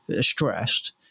stressed